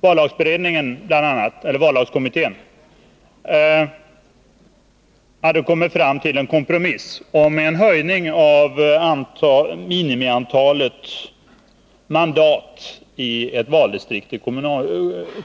Vallagskommittén hade tidigare kommit fram till en kompromiss om en höjning av minimiantalet mandat i ett valdistrikt vid